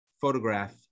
photograph